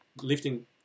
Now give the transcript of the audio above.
lifting